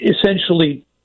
essentially